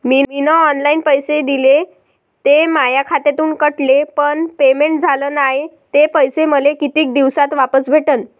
मीन online पैसे दिले, ते माया खात्यातून कटले, पण पेमेंट झाल नायं, ते पैसे मले कितीक दिवसात वापस भेटन?